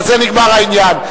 בזה נגמר העניין.